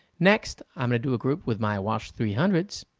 next, i'm going to do a group with my wash three hundred so